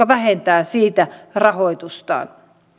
vähentää siitä rahoitusta